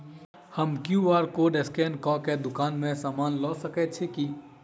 हम QR code scan कऽ केँ दुकान मे समान लऽ सकैत छी की?